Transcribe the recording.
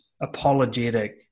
apologetic